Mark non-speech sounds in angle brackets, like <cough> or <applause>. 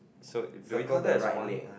so <noise> do we count that as one